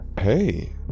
Hey